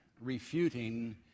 refuting